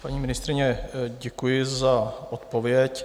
Paní ministryně, děkuji za odpověď.